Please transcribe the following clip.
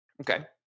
Okay